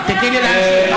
תני לי להמשיך.